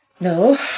No